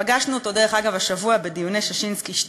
פגשנו אותו, דרך אגב, השבוע בדיוני ששינסקי 2,